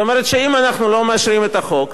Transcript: זאת אומרת שאם אנחנו לא מאשרים את החוק,